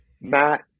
Matt